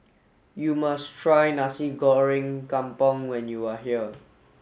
you must try Nasi Goreng Kampung when you are here